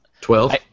Twelve